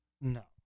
No